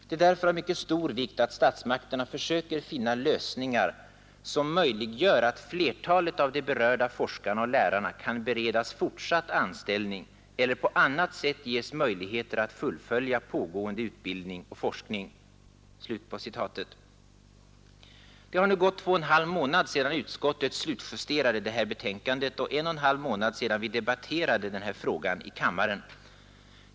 Det är därför av mycket stor vikt att statsmakterna försöker finna lösningar som möjliggör att flertalet av de berörda forskarna och lärarna kan beredas fortsatt anställning eller på annat sätt ges möjligheter att fullfölja pågående utbildning och forskning.” Det har nu gått två och en halv månad sedan utskottet slutjusterade detta betänkande och en och en halv månad sedan vi debatterade frågan i kammaren.